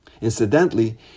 Incidentally